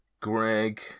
Greg